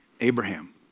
Abraham